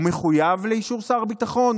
הוא מחויב לאישור שר הביטחון,